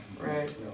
Right